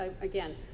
again